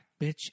bitch